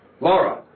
Laura